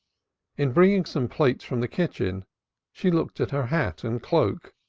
in bringing some plates from the kitchen she looked at her hat and cloak,